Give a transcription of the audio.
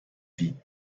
vit